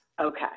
Okay